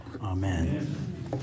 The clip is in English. Amen